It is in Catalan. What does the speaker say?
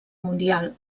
mundial